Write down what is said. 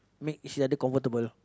make each other comfortable